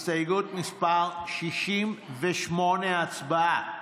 הסתייגות מס' 68, הצבעה.